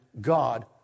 God